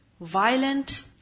violent